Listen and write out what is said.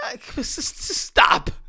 Stop